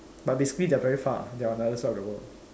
but basically they're very far they're on the other side of the world